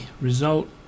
result